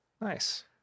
Nice